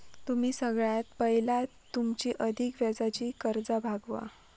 तुम्ही सगळ्यात पयला तुमची अधिक व्याजाची कर्जा भागवा